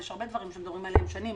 יש הרבה דברים שמדברים עליהם שנים,